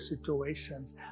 situations